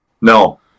No